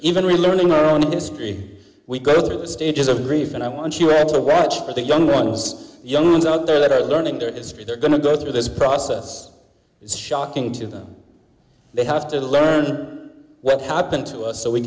even we're learning our own history we go through the stages of grief and i want us to watch for the young ones young ones out there that are learning their history they're going to go through this process it's shocking to them they have to learn what happened to us so we